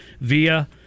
via